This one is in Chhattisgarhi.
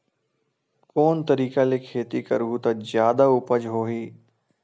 कोन तरीका ले खेती करहु त जादा उपज होही?